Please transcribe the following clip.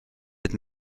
êtes